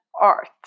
art